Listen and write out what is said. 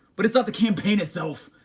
but it's not the campaign itself.